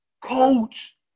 Coach